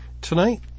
Tonight